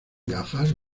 gafas